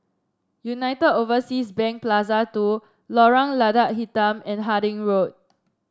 Unite Overseas Bank Plaza two Lorong Lada Hitam and Harding Road